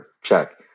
check